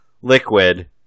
liquid